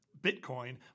Bitcoin